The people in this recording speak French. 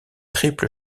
triple